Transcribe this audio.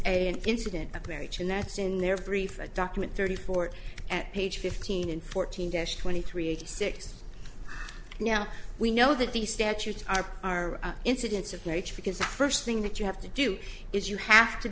a an incident but marriage and that's in their brief a document thirty four page fifteen and fourteen dash twenty three eighty six now we know that these statutes are our incidence of marriage because the first thing that you have to do is you have to